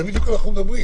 על זה בדיוק אנחנו מדברים.